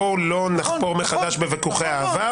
בואו לא נחפור מחדש בוויכוחי העבר.